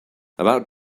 about